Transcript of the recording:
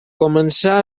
començà